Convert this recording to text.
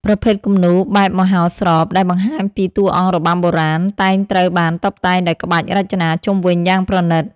ប្រភេទគំនូរ បែបមហោស្រព ដែលបង្ហាញពីតួអង្គរបាំបុរាណ តែងត្រូវបានតុបតែងដោយក្បាច់រចនាជុំវិញយ៉ាងប្រណីត។